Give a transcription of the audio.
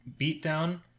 Beatdown